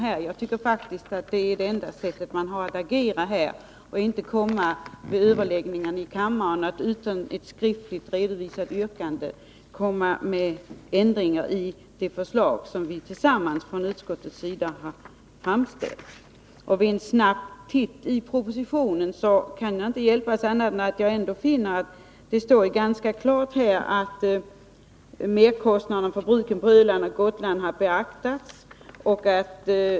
Det är så man borde agera, i stället för att vid överläggningen i kammaren, utan ett skriftligt redovisat yrkande, komma med ändringar i det förslag som vi från utskottets sida har arbetat fram tillsammans. Vid en snabbt titt i propositionen finner jag ändå att det står ganska klart att merkostnaderna för bruken på Öland och Gotland har beaktats.